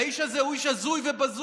האיש הזה הוא איש הזוי ובזוי,